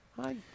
Hi